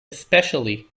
especially